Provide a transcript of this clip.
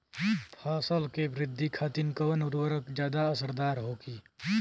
फसल के वृद्धि खातिन कवन उर्वरक ज्यादा असरदार होखि?